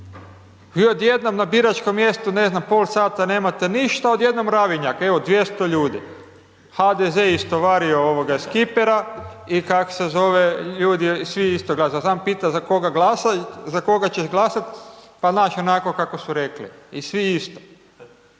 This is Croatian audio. i odjednom na biračkom mjestu, ne znam, pol sata nemate ništa, odjednom mravinjak, evo 200 ljudi, HDZ je istovario iz kipera i kak se zove, ljudi svi isto glasaju, samo pita za koga ćeš glasat, pa znaš onako kako su rekli i svi isto.